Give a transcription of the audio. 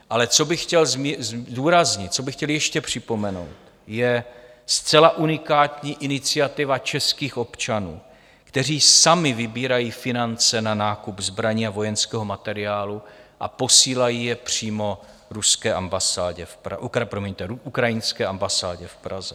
Ale co bych chtěl zdůraznit, co bych chtěl ještě připomenout, je zcela unikátní iniciativa českých občanů, kteří sami vybírají finance na nákup zbraní a vojenského materiálu a posílají je přímo ruské ambasádě... promiňte, ukrajinské ambasádě v Praze.